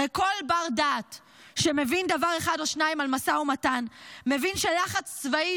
הרי כל בר-דעת שמבין דבר אחד או שניים על משא ומתן מבין שלחץ צבאי